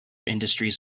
industries